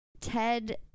Ted